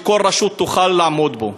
שכל רשות תוכל לעמוד בו.